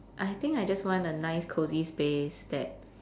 I think I just want a nice cozy space that